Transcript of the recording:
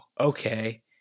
Okay